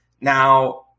Now